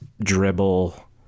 dribble